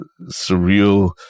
surreal